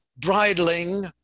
Bridling